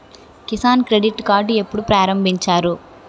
Kisan credit card ఎప్పుడు ప్రారంభించారు?